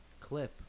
clip